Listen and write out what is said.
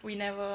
we never